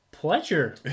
pleasure